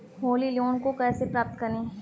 Holi loan को कैसे प्राप्त करें?